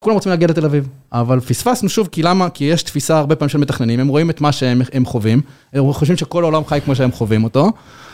כולם רוצים להגיע לתל אביב, אבל פספסנו שוב כי למה? כי יש תפיסה הרבה פעמים של מתכננים, הם רואים את מה שהם חווים, הם חושבים שכל העולם חי כמו שהם חווים אותו.